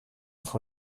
eher